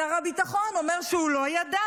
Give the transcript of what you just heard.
שר הביטחון אומר שהוא לא ידע,